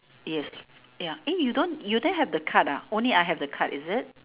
yes ya eh you don't you didn't have the card ah only I have the card is it